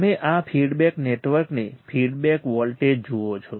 તમે આ ફીડબેક નેટવર્કને ફીડબેક વોલ્ટેજ જુઓ છો